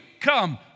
come